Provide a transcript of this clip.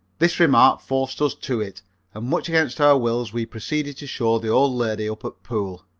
this remark forced us to it, and much against our wills we proceeded to show the old lady up at pool.